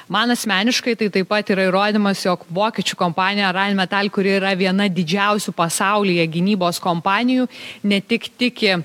man asmeniškai tai taip pat yra įrodymas jog vokiečių kompanija rain metal kuri yra viena didžiausių pasaulyje gynybos kompanijų ne tik tiki